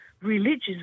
religious